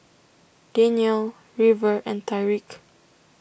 Danyel River and Tyreke